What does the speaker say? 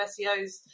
SEOs